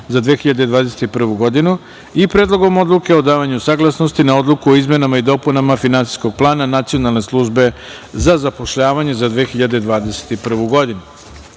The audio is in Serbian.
za 2021. godinu i Predlogom odluke o davanju saglasnosti na Odluku o izmenama i dopunama Finansijskog plana Nacionalne službe za zapošljavanje za 2021. godinu,